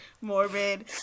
morbid